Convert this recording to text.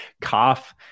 Cough